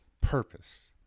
purpose